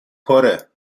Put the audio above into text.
پره